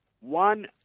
one